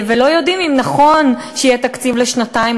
ולא יודעים אם נכון שיהיה תקציב לשנתיים